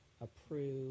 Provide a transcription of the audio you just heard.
approve